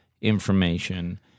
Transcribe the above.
information